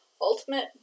ultimate